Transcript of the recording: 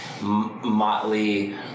motley